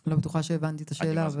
אני לא בטוחה שהבנתי את השאלה.